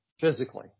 physically